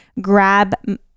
grab